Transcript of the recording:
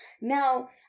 Now